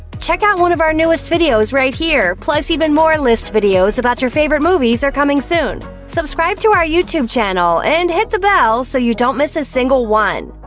check out one of our newest videos right here! plus, even more list videos about your favorite movies are coming soon. subscribe to our youtube channel and hit the bell so you don't miss a single one.